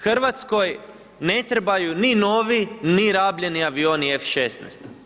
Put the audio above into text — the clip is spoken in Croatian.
Hrvatskoj ne trebaju ni novi, ni rabljeni avioni F16.